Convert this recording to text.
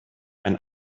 ein